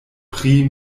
pri